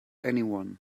anyone